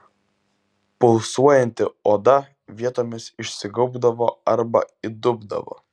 pulsuojanti oda vietomis išsigaubdavo arba įdubdavo